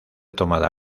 tomada